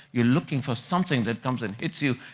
you're looking for something that comes and hits you.